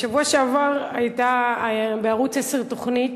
בשבוע שעבר הייתה בערוץ 10 תוכנית